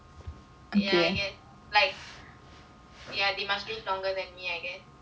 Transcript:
ya I guess like ya they must be longer than me I guess